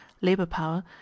labor-power